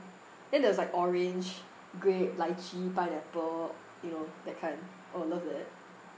then there was like orange grape lychee pineapple you know that kind oh love that